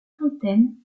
fontaine